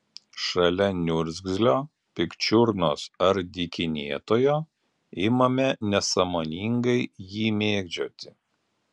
šalia niurgzlio pikčiurnos ar dykinėtojo imame nesąmoningai jį mėgdžioti